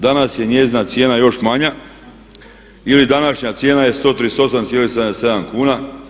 Danas je njezina cijena još manja ili današnja cijena je 138,77 kuna.